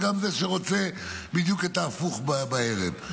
וגם זה שרוצה בדיוק את ההפוך בערב.